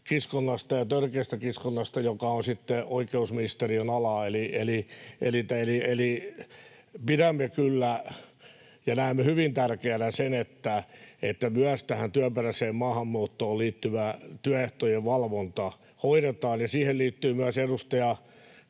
ja törkeästä kiskonnasta, joka on sitten oikeusministeriön alaa. Eli pidämme kyllä ja näemme hyvin tärkeänä sen, että myös tähän työperäiseen maahanmuuttoon liittyvä työehtojen valvonta hoidetaan. Siihen liittyi myös edustaja